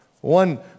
One